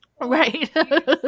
Right